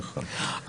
נכון.